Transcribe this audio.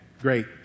Great